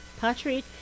Patrick